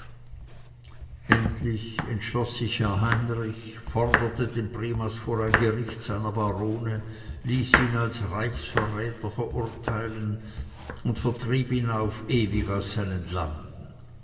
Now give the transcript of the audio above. endlich entschloß sich herr heinrich forderte den primas vor ein gericht seiner barone ließ ihn als reichsverräter verurteilen und vertrieb ihn auf ewig aus seinen landen